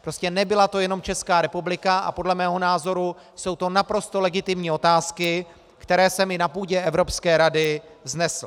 Prostě nebyla to jenom Česká republika a podle mého názoru jsou to naprosto legitimní otázky, které jsem i na půdě Evropské rady vznesl.